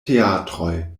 teatroj